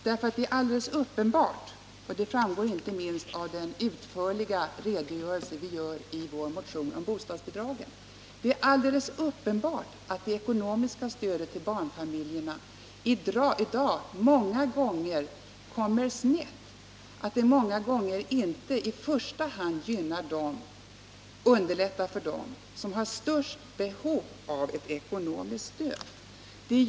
Det är nämligen alldeles uppenbart — det framgår inte minst av den utförliga redogörelse som vi lämnar i vår motion om bostadsbidragen — att det ekonomiska stödet till barnfamiljerna i dag många gånger kommer snett och inte i första hand underlättar för dem som har det största behovet av ett ekonomiskt stöd.